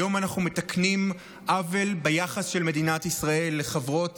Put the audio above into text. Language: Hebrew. היום אנחנו מתקנים עוול ביחס של מדינת ישראל לחברות